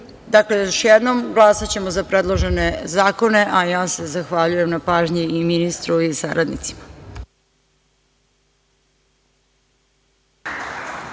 Dakle, još jednom, glasaćemo za predložene zakone. Zahvaljujem se na pažnji i ministru i saradnicima.